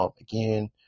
Again